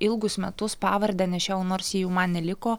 ilgus metus pavardę nešiojau nors ji jau man neliko